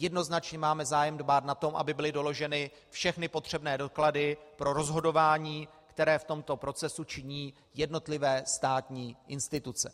Jednoznačně máme zájem dbát na to, aby byly doloženy všechny potřebné doklady pro rozhodování, které v tomto procesu činí jednotlivé státní instituce.